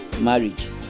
marriage